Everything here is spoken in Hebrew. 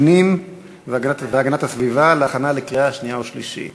הפנים והגנת הסביבה להכנה לקריאה שנייה ושלישית?